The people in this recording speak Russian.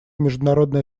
международное